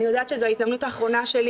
אני יודעת שזו ההזדמנות האחרונה שלי